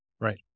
Right